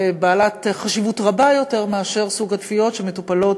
בעלת חשיבות רבה יותר מאשר סוג התביעות שמטופלות